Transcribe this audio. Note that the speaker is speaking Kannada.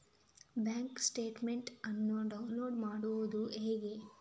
ಬ್ಯಾಂಕ್ ಸ್ಟೇಟ್ಮೆಂಟ್ ಅನ್ನು ಡೌನ್ಲೋಡ್ ಮಾಡುವುದು ಹೇಗೆ?